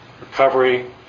Recovery